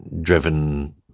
driven